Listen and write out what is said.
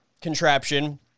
contraption